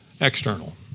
external